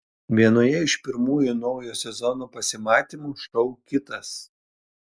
vienoje iš pirmųjų naujo sezono pasimatymų šou kitas